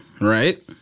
right